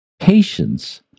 patience